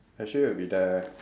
Ashley will be there